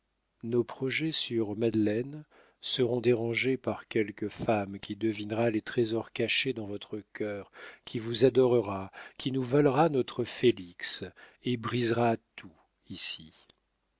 nos projets sur madeleine seront dérangés par quelque femme qui devinera les trésors cachés dans votre cœur qui vous adorera qui nous volera notre félix et brisera tout ici